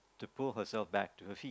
to pull herself back to her feet